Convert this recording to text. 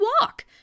walk